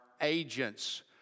agents